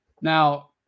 Now